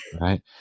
right